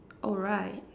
oh right